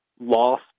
loss